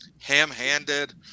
ham-handed